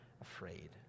afraid